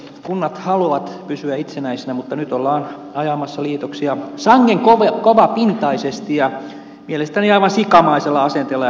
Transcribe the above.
kunnat haluavat pysyä itsenäisinä mutta nyt ollaan ajamassa liitoksia sangen kovapintaisesti ja mielestäni aivan sikamaisella asenteella ja kiireellä